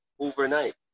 overnight